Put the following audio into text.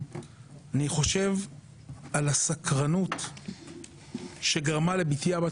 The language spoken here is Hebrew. ואני חושב על הסקרנות שגרמה לבתיה בת